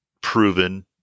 proven